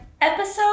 episode